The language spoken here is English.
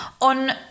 on